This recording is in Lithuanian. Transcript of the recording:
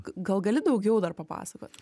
gal gali daugiau dar papasakot